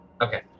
Okay